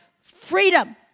freedom